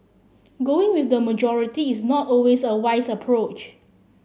going with the majority is not always a wise approach